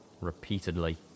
repeatedly